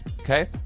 Okay